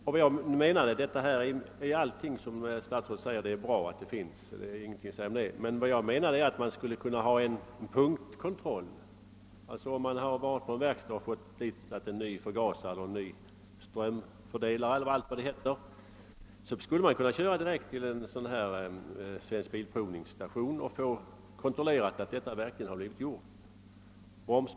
Jag anser att allt det som nämndes av kommunikationsministern är bra och bör finnas, men jag menar att det borde ges möjlighet till en punktkontroll. Om en bilägare låtit på en verkstad sätta in en ny förgasare, strömfördelare, nya bromsband eller någon annan detalj, skulle han kunna vända sig till en av Svensk bilprovnings stationer för en kontroll av att den begärda åtgärden verkligen blivit utförd.